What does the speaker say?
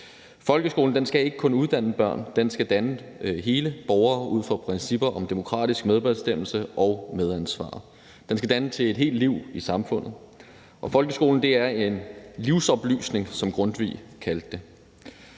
Folkeskolen skal ikke kun uddanne børn, men den skal også danne hele borgere ud fra principper om demokratisk medbestemmelse og medansvar. Den skal danne til et helt liv i samfundet, og folkeskolen er en livsoplysning, som Grundtvig kaldte det.